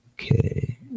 Okay